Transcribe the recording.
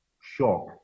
shock